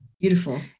Beautiful